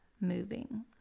moving